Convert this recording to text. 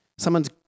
Someone's